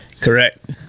Correct